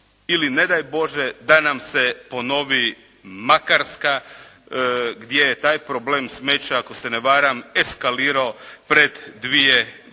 ili ne daj Bože da nam se ponovi Makarska, gdje je taj problem smeća, ako se ne varam, eskalirao pred 2 godine.